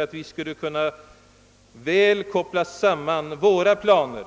Om vi skall kunna koppla samman våra planer